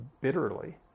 bitterly